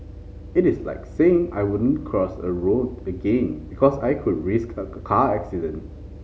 it is like saying I won't cross a road again because I could risk a car accident